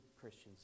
Christians